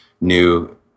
new